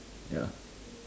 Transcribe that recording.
ya